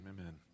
amen